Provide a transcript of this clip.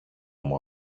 μου